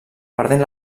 perdent